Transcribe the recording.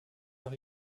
nach